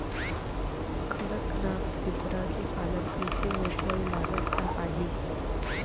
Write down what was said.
कड़कनाथ कुकरा के पालन कइसे होथे अऊ लागत का आही?